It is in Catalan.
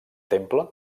temple